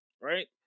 right